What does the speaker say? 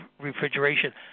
refrigeration